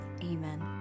Amen